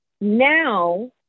now